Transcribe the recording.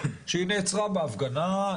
היא נעצרה בהפגנה.